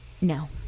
No